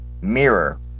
mirror